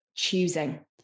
choosing